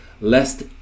lest